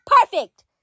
perfect